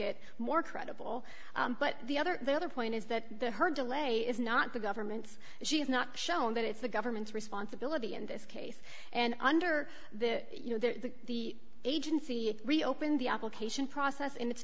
it more credible but the other the other point is that her delay is not the government's she has not shown that it's the government's responsibility in this case and under the you know the the agency it reopened the application process in it